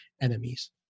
enemies